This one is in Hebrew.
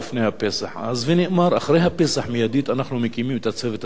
ונאמר: מייד אחרי הפסח אנחנו מקימים את הצוות הזה כדי לקדם את הנושא.